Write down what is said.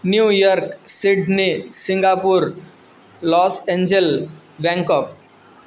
New York Sydney Singapore Los Angeles Bangkok